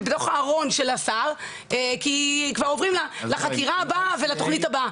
הן בתוך הארון של השר כי כבר עוברים לחקירה הבאה ולתוכנית הבאה.